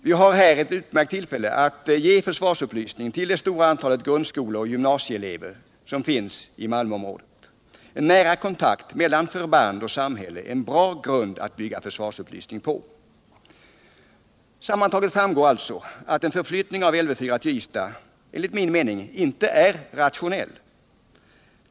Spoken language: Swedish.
Här har vi ett utmärkt tillfälle att ge försvarsupplysning till det stora antalet grundskoleoch gymnasieelever i Malmöområdet. En nära kontakt mellan förband och samhälle är en bra grund att bygga försvarsupplysning på. Sammantaget framgår alltså att en förflyttning av Lv 4 till Ystad inte är rationell.